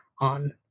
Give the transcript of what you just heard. on